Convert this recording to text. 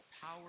power